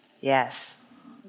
yes